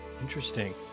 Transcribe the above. interesting